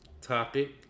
topic